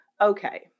okay